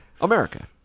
America